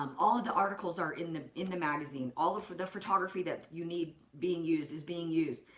um all of the articles are in the in the magazine, all of the photography that you need being used is being used,